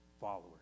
followers